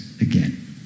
again